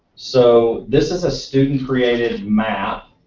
so this is a student created map.